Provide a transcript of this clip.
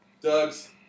Doug's